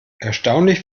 erstaunlich